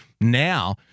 Now